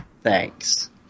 thanks